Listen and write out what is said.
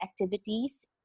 activities